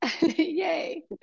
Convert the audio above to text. Yay